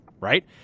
right